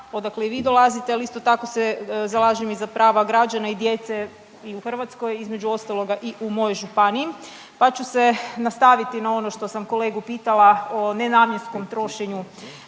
odakle i vi dolazite, ali isto tako se zalažem i za prava građana i djece i u Hrvatskoj između ostaloga i u mojoj županiji, pa ću se nastaviti na ono što sam kolegu pitala o nenamjenskom trošenju